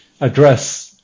address